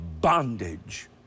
bondage